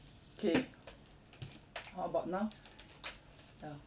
kay how about now ya